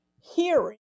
hearing